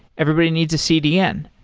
everybody needs a cdn.